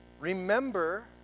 Remember